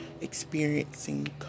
experiencing